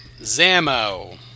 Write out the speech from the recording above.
Zamo